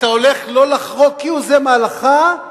אתה הולך לא לחרוג כהוא-זה מההלכה,